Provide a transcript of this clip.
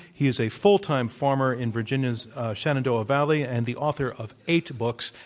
he is a full-time farmer in virginia's shenandoah valley and the author of eight books.